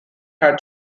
had